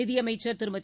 நிதியமைச்சர் திருமதி